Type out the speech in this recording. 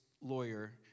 lawyer